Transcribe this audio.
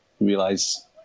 realize